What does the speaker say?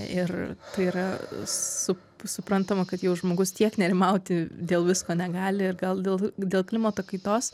ir tai yra sup suprantama kad jau žmogus tiek nerimauti dėl visko negali ir gal dėl dėl klimato kaitos